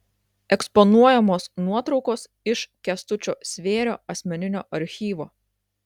eksponuojamos nuotraukos iš kęstučio svėrio asmeninio archyvo